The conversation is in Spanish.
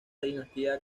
dinastía